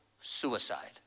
suicide